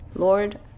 Lord